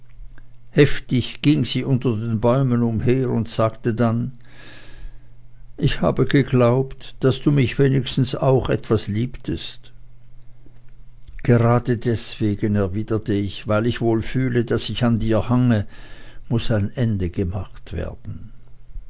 heftig ging sie unter den bäumen umher und sagte dann ich habe geglaubt daß du mich wenigstens auch etwas liebtest gerade deswegen erwiderte ich weil ich wohl fühle daß ich an dir hange muß ein ende gemacht werden